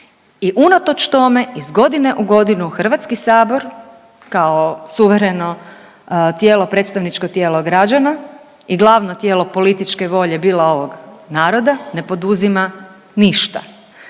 I unatoč tome iz godine u godinu Hrvatski sabor kao suvereno tijelo, predstavničko tijelo građana i glavno tijelo političke volje bila ovog naroda ne poduzima ništa.